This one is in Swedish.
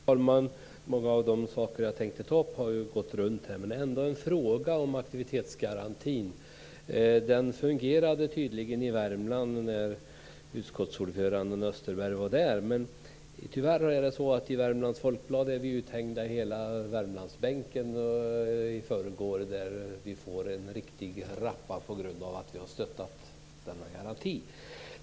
Fru talman! Många av de saker jag tänkte ta upp har redan gått runt här. Men jag tänkte ändå fråga om aktivitetsgarantin. Den fungerade tydligen när utskottsordföranden Österberg var i Värmland. Hela Värmlandsbänken blev uthängd i Värmlands Folkblad i förrgår. Vi fick en riktig rappa för att vi har stött denna garanti.